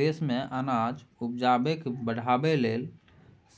देश मे अनाज उपजाकेँ बढ़ाबै लेल